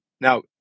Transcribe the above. now